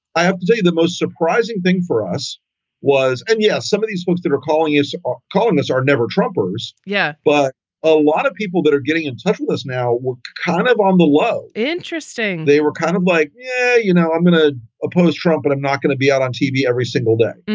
i have to say, the most surprising thing for us was and yeah, some of these folks that were calling us or calling us are never droppers. yeah, but a lot of people that are getting in touch with us now, we're kind of on the low. interesting. they were kind of like, yeah, you know, i'm going to ah oppose trump and i'm not going to be out on tv every single day.